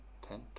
ten